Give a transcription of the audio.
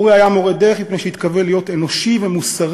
אורי היה מורה דרך מפני שהתכוון להיות אנושי ומוסרי,